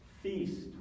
feast